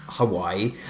Hawaii